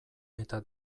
eta